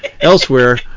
elsewhere